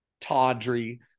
tawdry